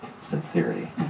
sincerity